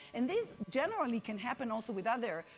and this generally can happen also with other.